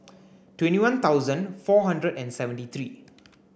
twenty one thousand four hundred and seventy three